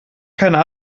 keinen